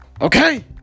Okay